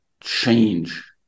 change